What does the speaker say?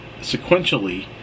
sequentially